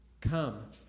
come